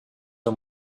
are